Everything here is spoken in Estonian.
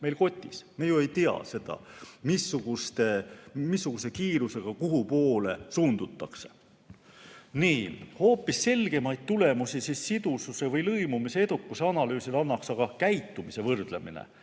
meil kotis. Me ju ei tea, missuguse kiirusega ja kuhu poole suundutakse. Hoopis selgemaid tulemusi sidususe või lõimumise edukuse analüüsil annaks aga käitumise võrdlemine.